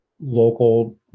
local